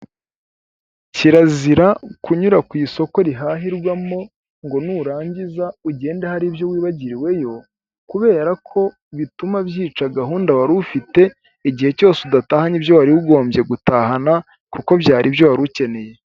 Kirazira kunyura ku isoko rihahirwamo ngo nurangiza ugende hari ibyo wibagiriweyo, kubera ko bituma byica gahunda wari ufite igihe cyose udatahanye ibyo wari ugombye gutahana kuko byari ibyo wari ukeneye.